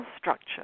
structure